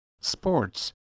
sports